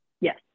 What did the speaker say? Yes